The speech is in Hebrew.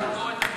ביקורת המדינה.